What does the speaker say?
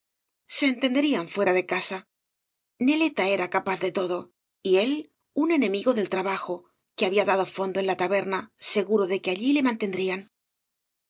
se entenderían fuera de casa neleta era capaz de todo y él un enemigo del trabajo que había dado fondo en la taberna seguro de que allí le man